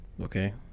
Okay